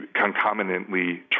concomitantly